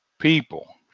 people